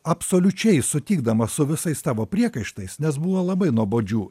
absoliučiai sutikdamas su visais tavo priekaištais nes buvo labai nuobodžių